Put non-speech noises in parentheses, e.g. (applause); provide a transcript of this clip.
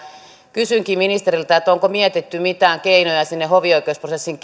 kysynkin ministeriltä onko mietitty mitään keinoja hovioikeusprosessin (unintelligible)